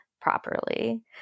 properly